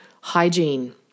hygiene